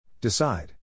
Decide